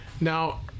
Now